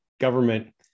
government